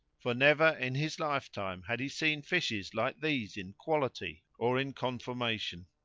for never in his lifetime had' he seen fishes like these in quality or in conformation.